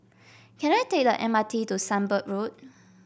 can I take the M R T to Sunbird Road